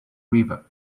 river